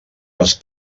les